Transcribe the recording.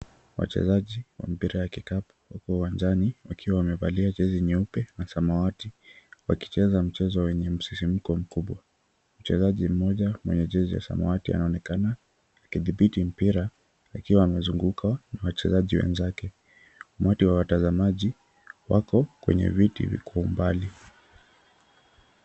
Wachezaji wa mpira ya kikapu wapo uwanjani wakiwa wamevalia jezi nyeupe na samawati, wakicheza mchezo wenye msisimuko mkubwa. Mchezaji mmoja mwenye jezi ya samawati anaonekana akidhibiti mpira akiwa amezungukwa na wachezaji wenzake. Umati wa watazamaji wako kwenye viti kwa umbali.